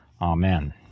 Amen